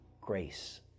grace